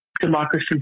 democracy